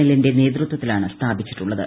എല്ലിന്റെ ് നേതൃത്വത്തിലാണ് സ്ഥാപിച്ചിട്ടുള്ളത്